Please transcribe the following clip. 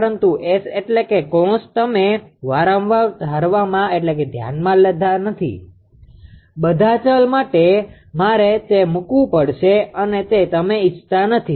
પરંતુ S એટલે કે કૌસ તમે વારંવાર ધ્યાનમાં લેતા નથી બધા ચલ માટે મારે તે મુકવું પડશે અને તે તમે ઈચ્છતા નથી